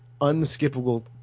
unskippable